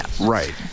right